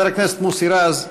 חבר הכנסת מוסי רז,